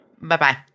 Bye-bye